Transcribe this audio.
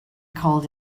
called